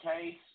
case